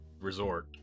resort